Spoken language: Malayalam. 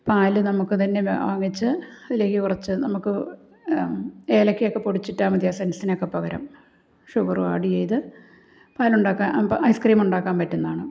പാല് നമുക്കു തന്നെ വാ വാങ്ങിച്ച് അതിലേക്കു കുറച്ച് നമുക്ക് ഏലക്കയൊക്കെ പൊടിച്ചിട്ടാൽ മതി ആ എസന്സ്സിനൊക്കെ പകരം ഷുഗറും ആഡ് ചെയ്ത് പാലുണ്ടാക്കാൻ ഐസ് ക്രീം ഉണ്ടാക്കാൻ പറ്റുന്നതാണ്